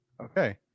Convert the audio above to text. Okay